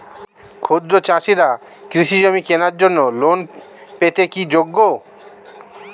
ক্ষুদ্র চাষিরা কৃষিজমি কেনার জন্য লোন পেতে কি যোগ্য?